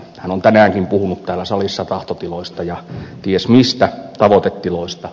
hän on tänäänkin puhunut täällä salissa tahtotiloista ja ties mistä tavoitetiloista